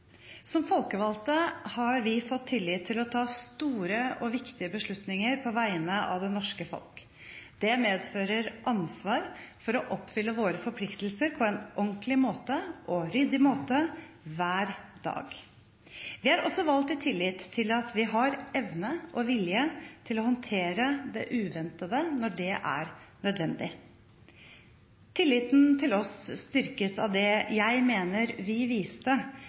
Som folkevalgte har vi fått tillit til å ta store og viktige beslutninger på vegne av det norske folk. Det medfører ansvar for å oppfylle våre forpliktelser på en ordentlig måte hver dag. Vi er også valgt i tillit til at vi har evne og vilje til å håndtere det uventede når det er nødvendig. Tilliten til oss styrkes av det jeg mener vi viste